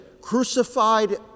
crucified